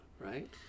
right